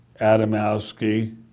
Adamowski